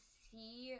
see